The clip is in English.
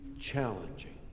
challenging